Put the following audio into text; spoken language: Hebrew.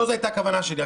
לא זו הייתה הכוונה שלי.